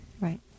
Right